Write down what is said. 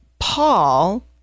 Paul